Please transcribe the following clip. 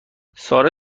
ساره